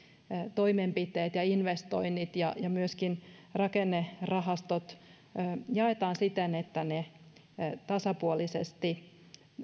toimenpiteet ja investoinnit ja ja myöskin rakennerahastot jaetaan siten että ne tasapuolisesti